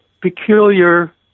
peculiar